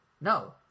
No